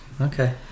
Okay